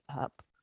up